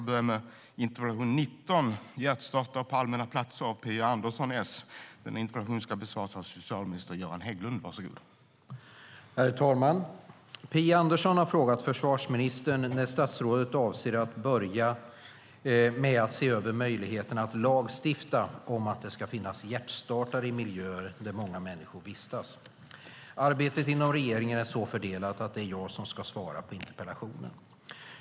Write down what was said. Herr talman! Phia Andersson har frågat försvarsministern när statsrådet avser att börja med att se över möjligheterna att lagstifta om att det ska finnas hjärtstartare i miljöer där många människor vistas. Arbetet inom regeringen är så fördelat att det är jag som ska svara på interpellationen.